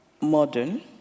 modern